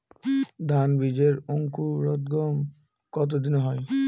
ধান বীজের অঙ্কুরোদগম কত দিনে হয়?